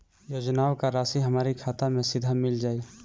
योजनाओं का राशि हमारी खाता मे सीधा मिल जाई?